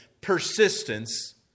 persistence